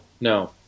No